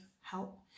help